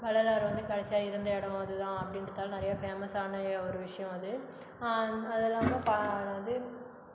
வள்ளலார் வந்து கடைசியாக இருந்த இடம் அதுதான் அப்படின்றதாலே நிறையா ஃபேமஸான ஏ ஒரு விஷயம் அது அதெல்லாம் தான் பா என்னது